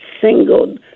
single